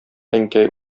әнкәй